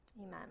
Amen